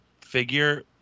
figure